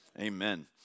amen